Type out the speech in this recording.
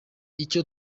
icyo